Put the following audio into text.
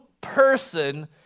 person